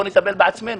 בואו נטפל בעצמנו,